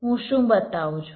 તો હું શું બતાવું છું